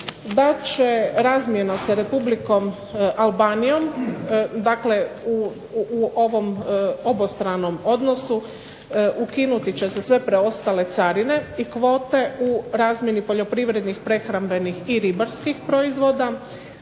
da će razmjena sa Republikom Albanijom, dakle u ovom obostranom odnosu ukinut će se sve preostale carine i kvote u razmjeni poljoprivrednih, prehrambenih i ribarskih proizvoda.